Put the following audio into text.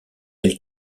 elle